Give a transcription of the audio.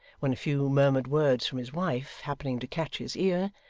when a few murmured words from his wife happening to catch his ear,